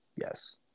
yes